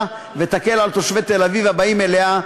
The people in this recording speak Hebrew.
ותקל על תושבי תל-אביב והבאים אליה,